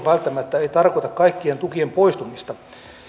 välttämättä ei tarkoita kaikkien tukien poistumista